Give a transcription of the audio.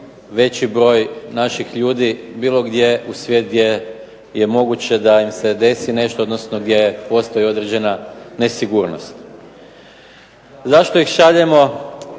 veći broj naših ljudi bilo gdje u svijet gdje je moguće da im se nešto desi, odnosno gdje postoji određena nesigurnost. Zašto ih šaljemo?